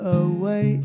away